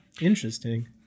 Interesting